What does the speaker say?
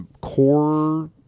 core